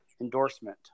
endorsement